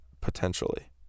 potentially